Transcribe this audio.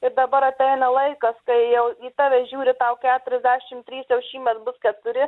ir dabar ateina laikas kai jau į tave žiūri tau keturiasdešim trys jau šįmet bus keturi